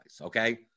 Okay